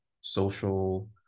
social